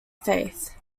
faith